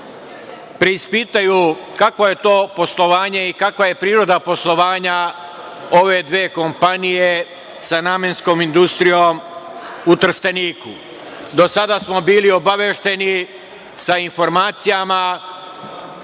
preispitaju kakvo je to poslovanje i kakva je priroda poslovanja ove dve kompanije sa Namenskom industrijom u Trsteniku. Do sada smo bili obavešteni sa informacijama,